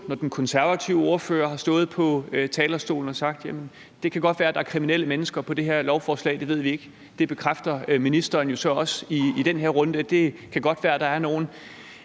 når den konservative ordfører har stået på talerstolen og sagt, at det godt kan være, at der er kriminelle mennesker på det lovforslag, det ved vi ikke. Det bekræfter ministeren jo så også i den her runde, altså at det godt kan være, at der er nogle.